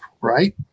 Right